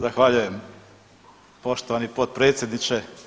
Zahvaljujem poštovani potpredsjedniče.